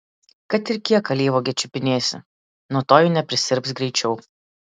kad ir kiek alyvuogę čiupinėsi nuo to ji neprisirps greičiau